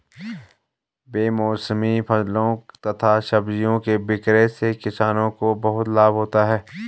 बेमौसमी फलों तथा सब्जियों के विक्रय से किसानों को बहुत लाभ होता है